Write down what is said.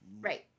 Right